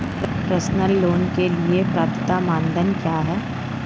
Personal loan के लिए पात्रता मानदंड क्या हैं?